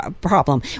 problem